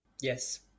yes